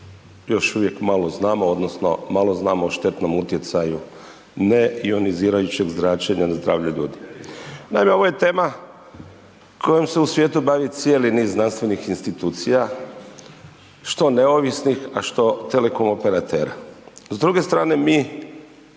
još uvijek malo znamo odnosno malo znamo o štetnom utjecaju neionizirajućeg zračenja na zdravlje ljudi. Naime, ovo je tema kojom se u svijetu bavi cijeli niz znanstvenih institucija što neovisnih, a što telekomoperatera. S druge strane mi